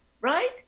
right